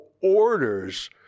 orders